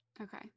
Okay